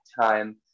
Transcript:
time